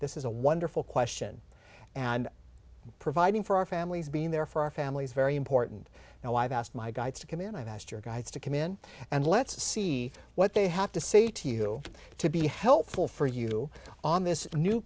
this is a wonderful question and providing for our families being there for our families very important and i've asked my guides to come in and i've asked your guys to come in and let's see what they have to say to you to be helpful for you on this new